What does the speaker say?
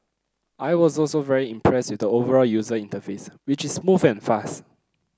I was also very impressed with the overall user interface which is smooth and fast